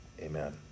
Amen